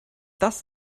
das